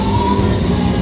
or